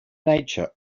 nature